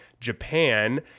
Japan